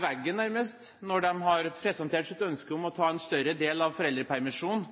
veggen, nærmest, når de har presentert sitt ønske om å ta en større del av foreldrepermisjonen,